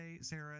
Sarah